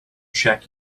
check